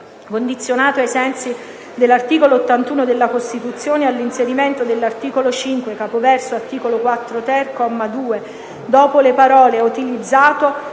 condizionato, ai sensi dell'articolo 81 della Costituzione, all'inserimento, all'articolo 5, capoverso "Articolo 4-*ter*", comma 2, dopo le parole: "è utilizzato",